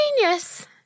genius